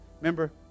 remember